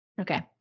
Okay